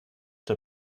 der